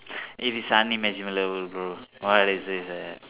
if it's unimaginable bro what is this eh